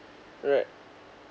right